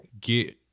get